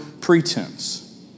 pretense